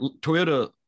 Toyota